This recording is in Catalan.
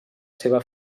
seva